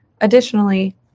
Additionally